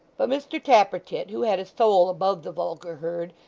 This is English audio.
but mr tappertit, who had a soul above the vulgar herd,